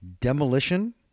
demolition